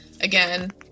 again